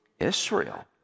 Israel